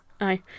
Aye